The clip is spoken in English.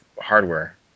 hardware